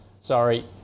sorry